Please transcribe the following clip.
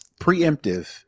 preemptive